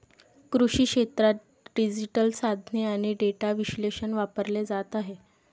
कृषी क्षेत्रात डिजिटल साधने आणि डेटा विश्लेषण वापरले जात आहे